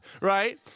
right